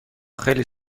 خیلی